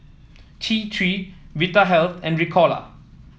T Three Vitahealth and Ricola